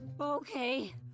Okay